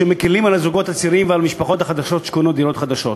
שמקלים על הזוגות הצעירים ועל המשפחות שקונות דירות חדשות.